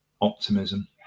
optimism